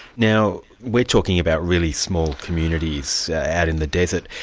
now we're talking about really small communities out in the desert,